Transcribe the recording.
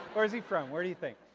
where is he from? where do you think?